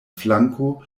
flanko